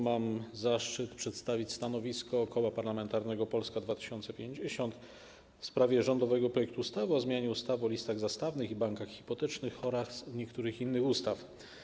Mam zaszczyt przedstawić stanowisko Koła Parlamentarnego Polska 2050 w sprawie rządowego projektu ustawy o zmianie ustawy o listach zastawnych i bankach hipotecznych oraz niektórych innych ustaw.